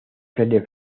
fraile